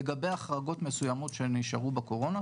לגבי החרגות מסוימות שנשארו בקורונה,